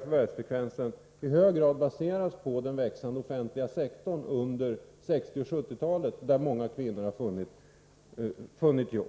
förvärvsfrekvensen i stor utsträckning baseras på den under 60 och 70-talen växande offentliga sektorn, där många kvinnor har funnit jobb.